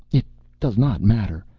it does not matter.